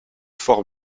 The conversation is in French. fort